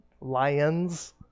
lions